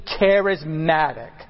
charismatic